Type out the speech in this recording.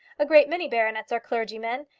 a great many baronets are clergymen,